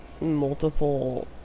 multiple